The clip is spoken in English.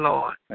Lord